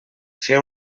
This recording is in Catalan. fer